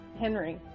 Henry